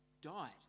died